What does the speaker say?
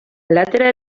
platera